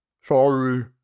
Sorry